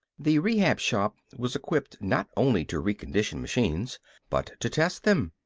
the rehab shop was equipped not only to recondition machines but to test them.